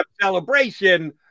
celebration